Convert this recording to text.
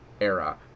era